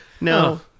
No